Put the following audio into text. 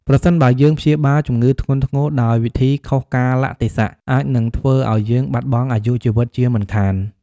ប្រសិនបើយើងព្យាបាលជំងឺធ្ងន់ធ្ងរដោយវិធីខុសកាលៈទេសៈអាចនឹងធ្វើឱ្យយើងបាត់បង់អាយុជីវិតជាមិនខាន។